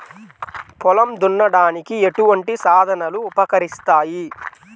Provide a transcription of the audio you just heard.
పొలం దున్నడానికి ఎటువంటి సాధనలు ఉపకరిస్తాయి?